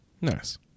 Nice